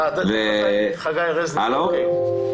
אדוני היושב ראש,